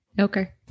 okay